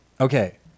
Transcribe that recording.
Okay